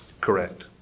correct